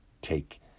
take